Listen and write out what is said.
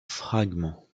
fragments